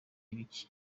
ibiki